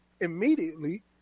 Immediately